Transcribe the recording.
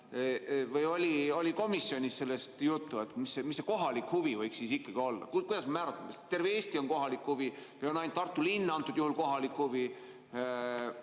Või oli komisjonis sellest juttu, et mis see kohalik huvi võiks ikkagi olla? Kuidas me määratleme seda, kas terve Eesti on kohalik huvi või on ainult Tartu linn antud juhul kohalik huvi?